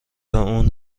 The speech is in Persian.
اون